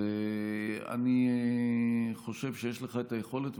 אני חושב שיש לך היכולת,